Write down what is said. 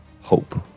hope